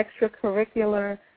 extracurricular